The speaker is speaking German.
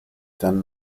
dann